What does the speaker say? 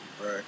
Right